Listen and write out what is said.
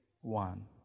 one